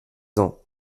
ans